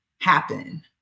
happen